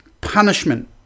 punishment